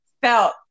felt